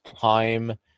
time